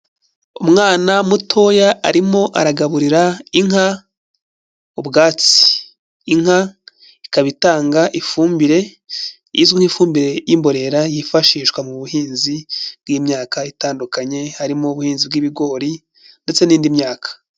Umwana mutoya arimo aragaburira inka ubwatsi, inka ikaba itanga ifumbire izwi nk'ifumbire y'imborera yifashishwa mu buhinzi bw'imyaka itandukanye, harimo ubuhinzi bw'ibigori ndetse n'indi myaka.